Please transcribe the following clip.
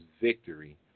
Victory